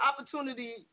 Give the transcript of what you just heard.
opportunity